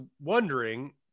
wondering